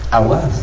i was.